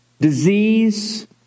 disease